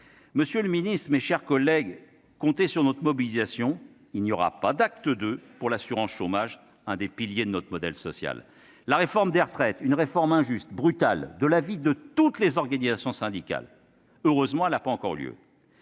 Monsieur le ministre, mes chers collègues, comptez sur notre mobilisation : il n'y aura pas d'acte II de la réforme de l'assurance chômage, car c'est l'un des piliers de notre modèle social. La réforme des retraites est une réforme injuste, brutale, de l'avis de toutes les organisations syndicales. Heureusement, elle n'a pas encore eu